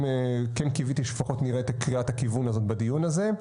קיוויתי שנראה את קריאת הכיוון הזאת בדיון הזה.